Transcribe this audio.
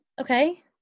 Okay